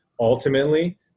ultimately